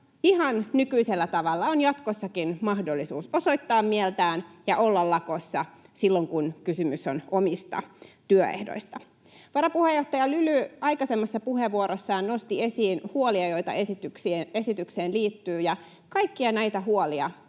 ihan nykyisellä tavalla on jatkossakin mahdollisuus osoittaa mieltään ja olla lakossa silloin, kun kysymys on omista työehdoista. Varapuheenjohtaja Lyly aikaisemmassa puheenvuorossaan nosti esiin huolia, joita esitykseen liittyy, ja kaikkia näitä huolia